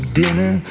dinner